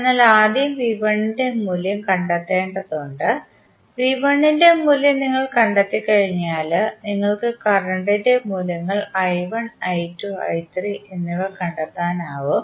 അതിനാൽ ആദ്യം ന്റെ മൂല്യം കണ്ടെത്തേണ്ടതുണ്ട് ന്റെ മൂല്യം നിങ്ങൾ കണ്ടെത്തി കഴിഞ്ഞാൽ നിങ്ങൾക്ക് കറണ്ട് ഇന്റെ മൂല്യങ്ങൾ എന്നിവ കണ്ടെത്താനാകും